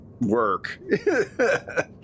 work